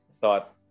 thought